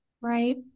Right